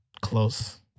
Close